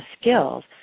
skills